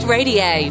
Radio